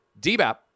DBAP